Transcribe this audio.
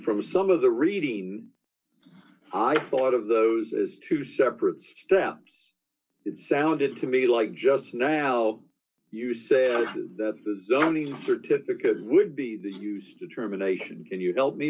from some of the reading i thought of those as two separate steps it sounded to me like just now you said the certificate would be this used determination can you help me